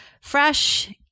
fresh